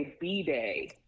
B-Day